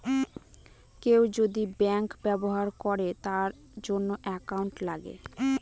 কেউ যদি ব্যাঙ্ক ব্যবহার করে তার জন্য একাউন্ট লাগে